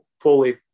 fully